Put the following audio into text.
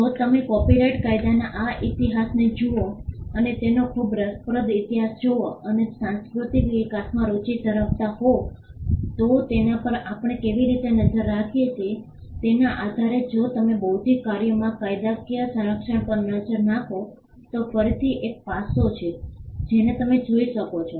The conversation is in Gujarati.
જો તમે કોપિરાઇટ કાયદાના આ ઇતિહાસને જુઓ અને તેનો ખૂબ રસપ્રદ ઇતિહાસ જોવો અને તમે સાંસ્કૃતિક વિકાસમાં રુચિ ધરાવતા હો તો તેના પર આપણે કેવી રીતે નજર રાખીએ છીએ તેના આધારે જો તમે બૌદ્ધિક કાર્યોના કાયદાકીય સંરક્ષણ પર નજર નાખો તો ફરીથી એક પાસો છે જેને તમે જોઈ શકો છો